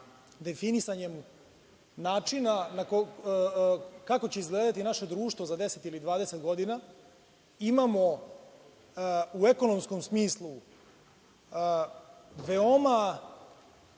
definisanjem načina kako će izgledati naše društvo za 10 ili 20 godina. Imamo, u ekonomskom smislu, veoma